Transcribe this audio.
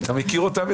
אתה מכיר את אלה?